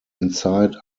inside